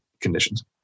conditions